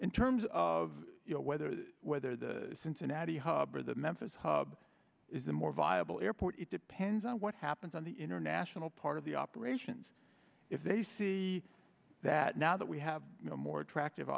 in terms of you know whether whether the cincinnati hub or the memphis hub is a more viable airport it depends on what happens on the international part of the operations if they see that now that we have a more attractive